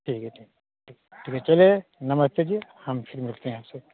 ठीक है ठीक ठीक चलिए नमस्ते जी हम फिर मिलते हैं आपसे